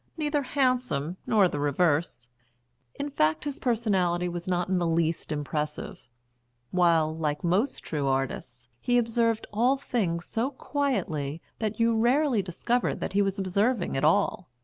neither handsome nor the reverse in fact his personality was not in the least impressive while, like most true artists, he observed all things so quietly that you rarely discovered that he was observing at all.